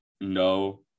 No